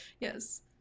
Yes